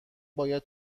باید